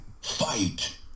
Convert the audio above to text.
Fight